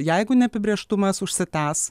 jeigu neapibrėžtumas užsitęs